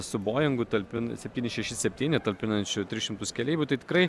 su boingu talpin septyni šeši septyni talpinančiu tris šimtus keleivių tai tikrai